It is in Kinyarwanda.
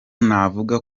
navuga